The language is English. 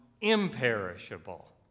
imperishable